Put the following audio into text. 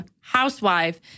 housewife